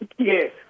Yes